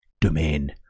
domain